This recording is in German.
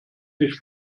nicht